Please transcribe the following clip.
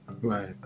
right